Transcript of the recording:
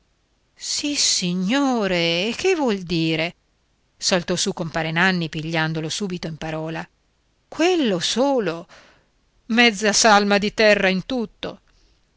spine sissignore che vuol dire saltò su compare nanni pigliandolo subito in parola quello solo mezza salma di terra in tutto